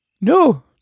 No